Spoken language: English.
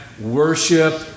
Worship